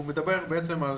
הוא מדבר בעצם על